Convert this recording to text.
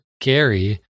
Gary